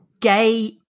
gay